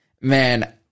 Man